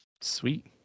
Sweet